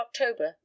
october